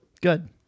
Good